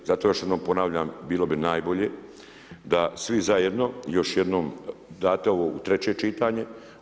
Zato još jednom ponavljam bilo bi najbolje da svi zajedno još jednom date ovo u treće čitanje.